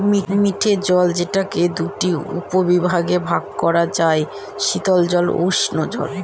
মিঠে জল যেটাকে দুটা উপবিভাগে ভাগ করা যায়, শীতল জল ও উষ্ঞজল